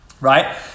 right